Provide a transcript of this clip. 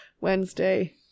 Wednesday